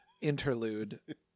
interlude